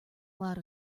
lot